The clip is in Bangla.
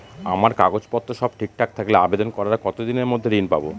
আমার কাগজ পত্র সব ঠিকঠাক থাকলে আবেদন করার কতদিনের মধ্যে ঋণ পাব?